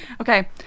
Okay